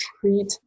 treat